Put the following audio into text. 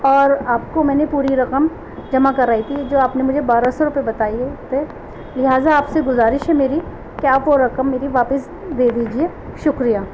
اور آپ کو میں نے پوری رقم جمع کرائی تھی جو آپ نے مجھے بارہ سو روپئے بتائی ہے پہ لہٰذا آپ سے گذارش ہے میری کہ آپ وہ رقم میری واپس دے دیجیے شکریہ